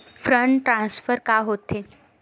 Fund transfer का होथे?